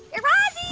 raz?